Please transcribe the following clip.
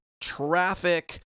traffic